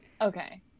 Okay